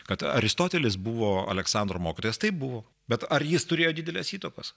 kad aristotelis buvo aleksandro mokytojas taip buvo bet ar jis turėjo didelės įtakos